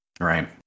Right